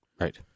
Right